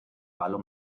palo